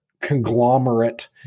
conglomerate